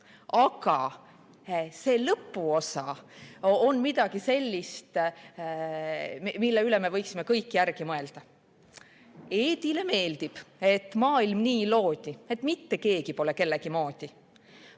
Aga see lõpuosa on midagi sellist, mille üle me kõik võiksime järele mõelda. "Eedile meeldib, et maailm nii loodi, et mitte keegi pole kellegi moodi.